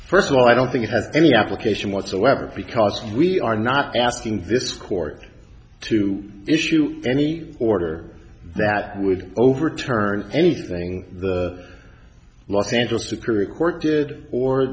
first of all i don't think it has any application whatsoever because we are not asking this court to issue any order that would overturn anything the los angeles superior court did or